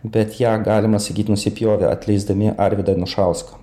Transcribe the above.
bet ją galima sakyt nusipjovė atleisdami arvydą anušauską